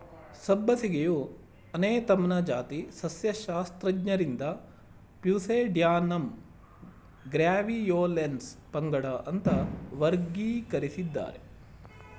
ಸಬ್ಬಸಿಗೆಯು ಅನೇಥಮ್ನ ಜಾತಿ ಸಸ್ಯಶಾಸ್ತ್ರಜ್ಞರಿಂದ ಪ್ಯೂಸೇಡ್ಯಾನಮ್ ಗ್ರ್ಯಾವಿಯೋಲೆನ್ಸ್ ಪಂಗಡ ಅಂತ ವರ್ಗೀಕರಿಸಿದ್ದಾರೆ